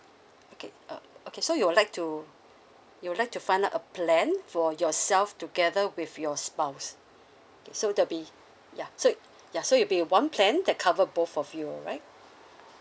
okay uh okay so you would like to you would like to find out a plan for yourself together with your spouse okay so there'll be ya so ya so it'll be one plan that cover both of you right